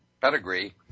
pedigree